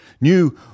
new